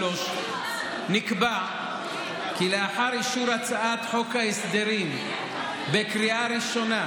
נקבע כי לאחר אישור הצעת חוק ההסדרים בקריאה ראשונה